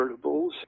convertibles